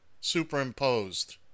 superimposed